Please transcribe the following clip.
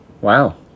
Wow